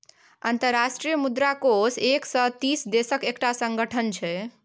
अंतर्राष्ट्रीय मुद्रा कोष एक सय तीस देशक एकटा संगठन छै